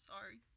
sorry